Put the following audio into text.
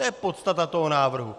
To je podstata toho návrhu.